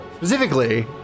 specifically